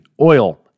oil